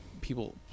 people